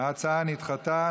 ההצעה נדחתה.